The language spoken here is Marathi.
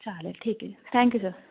चालेल ठीक आहे थँक्यू सर